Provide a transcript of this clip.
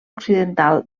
occidental